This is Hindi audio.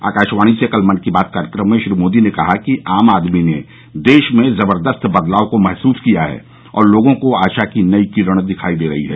आकाशवाणी से कल मन की बात कार्यक्रम में श्री मोदी ने कहा कि आम आदमी ने देश में जबरदस्त बदलाव को महसूस किया है और लोगों को आशा की नई किरण दिखाई दे रही हैं